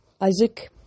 Isaac